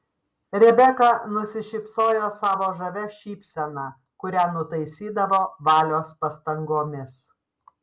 rebeka nusišypsojo savo žavia šypsena kurią nutaisydavo valios pastangomis